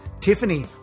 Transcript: Tiffany